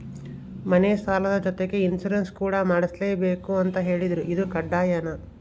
ಮನೆ ಸಾಲದ ಜೊತೆಗೆ ಇನ್ಸುರೆನ್ಸ್ ಕೂಡ ಮಾಡ್ಸಲೇಬೇಕು ಅಂತ ಹೇಳಿದ್ರು ಇದು ಕಡ್ಡಾಯನಾ?